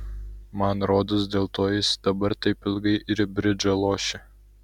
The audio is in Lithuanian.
man rodos dėl to jis dabar taip ilgai ir bridžą lošia